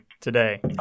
Today